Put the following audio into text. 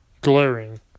glaring